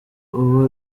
uba